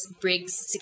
Briggs